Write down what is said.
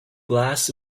glass